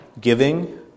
giving